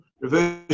reverse